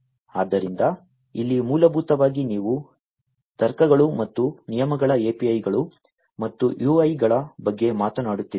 ಆದ್ದರಿಂದ ಇಲ್ಲಿ ಮೂಲಭೂತವಾಗಿ ನೀವು ತರ್ಕಗಳು ಮತ್ತು ನಿಯಮಗಳ API ಗಳು ಮತ್ತು UI ಗಳ ಬಗ್ಗೆ ಮಾತನಾಡುತ್ತಿದ್ದೀರಿ